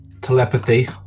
telepathy